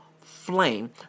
flame